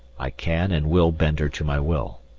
i can and will bend her to my will.